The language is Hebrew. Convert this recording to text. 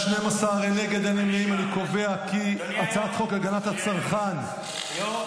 את הצעת חוק הגנת הצרכן (תיקון,